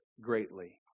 greatly